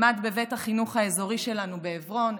למד בבית החינוך האזורי שלנו בעברון,